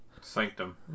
Sanctum